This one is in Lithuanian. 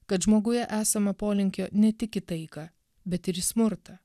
kad žmoguje esama polinkio ne tik į taiką bet ir į smurtą